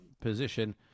position